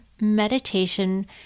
meditation